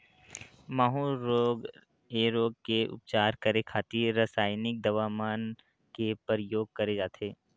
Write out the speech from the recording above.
माहूँ रोग ऐ रोग के उपचार करे खातिर रसाइनिक दवा मन के परियोग करे जाथे